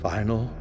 Final